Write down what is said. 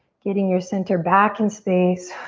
getting your center back in space.